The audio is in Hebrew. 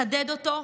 לחדש אותו,